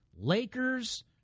Lakers